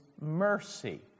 mercy